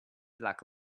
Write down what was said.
black